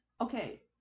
okay